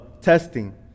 testing